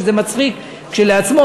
שזה מצחיק כשלעצמו,